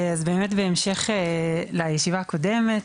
בהמשך לישיבה הקודמת,